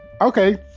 okay